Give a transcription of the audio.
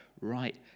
right